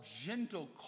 gentle